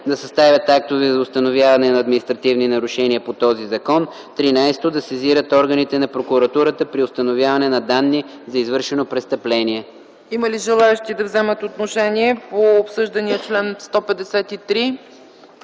да съставят актове за установяване на административни нарушения по този закон; 13. да сезират органите на прокуратурата при установяване на данни за извършено престъпление.” ПРЕДСЕДАТЕЛ ЦЕЦКА ЦАЧЕВА: Има ли желаещи да вземат отношение по обсъждания чл. 153?